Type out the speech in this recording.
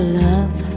love